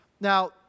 Now